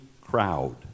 crowd